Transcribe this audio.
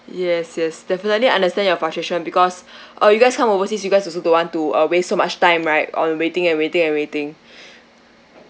yes yes definitely I understand your frustration because uh you guys come overseas you guys also don't want to uh waste so much time right on waiting and waiting and waiting